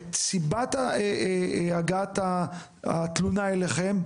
את סיבת הגעת התלונה אליכם,